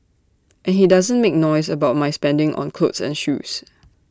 and he doesn't make noise about my spending on clothes and shoes